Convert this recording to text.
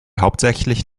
hauptsächlich